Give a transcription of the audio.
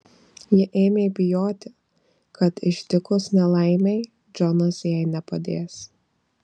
ji ėmė bijoti kad ištikus nelaimei džonas jai nepadės